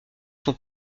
sont